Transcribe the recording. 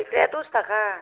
मैफ्राया दस थाखा